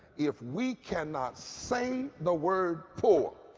if we cannot say the word poor,